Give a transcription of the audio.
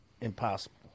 Impossible